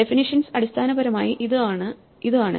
definitions അടിസ്ഥാനപരമായി ഇത് ആണ്